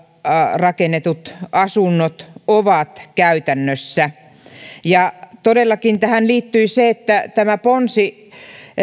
rakennetut asunnot ovat käytännössä todellakin tähän liittyi se että tämä ponsi